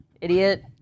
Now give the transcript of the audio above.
Idiot